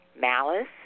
Malice